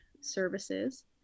services